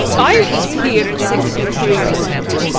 i was here in sixteen three and twenty.